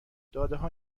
دادهها